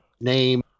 name